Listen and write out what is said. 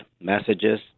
messages